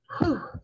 whew